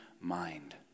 mind